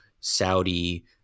Saudi